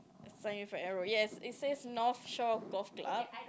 sign you for arrow yes it says North Shore Golf Club